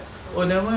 oh